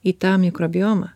į tą mikrobiomą